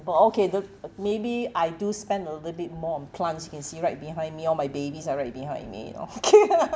okay though maybe I do spend a little bit more of plants you can see right behind me all my babies are right behind me you know